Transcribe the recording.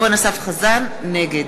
נגד